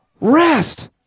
rest